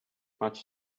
much